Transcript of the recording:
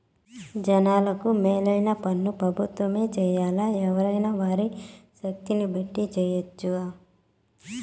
జనాలకు మేలైన పన్లు పెబుత్వమే జెయ్యాల్లా, ఎవ్వురైనా వారి శక్తిని బట్టి జెయ్యెచ్చు